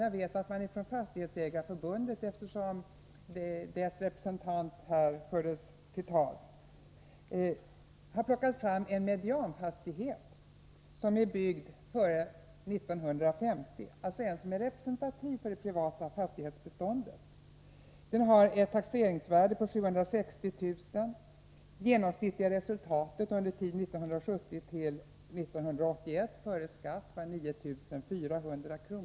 Jag vet att Fastighetsägarförbundet — en representant för dem nämndes av bostadsministern här — har plockat fram en medianfastighet som är byggd före 1950 och som är representativ för det privata fastighetsbeståndet. Den har ett taxeringsvärde på 760 000 kr., och det genomsnittliga resultatet under tiden 1970-1981 var 9 400 kr.